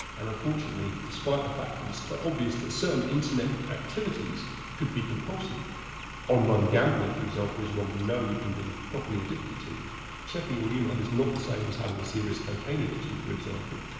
and unfortunately, despite the fact that it's quite obvious that certain internet activities could be compulsive online gambling for example is one we know we can be properly addicted to checking your email is not the same as having a serious cocaine addiction for example.